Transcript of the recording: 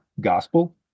gospel